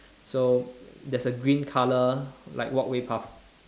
so there's a green colour like walkway path